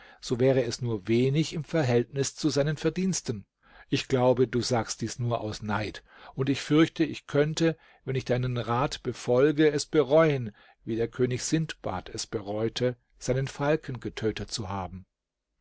so wäre es nur wenig im verhältnis zu seinen verdiensten ich glaube du sagst dies nur aus neid und ich fürchte ich könnte wenn ich deinen rat befolge es bereuen wie der könig sindbad es bereute seinen falken getötet zu haben